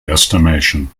estimation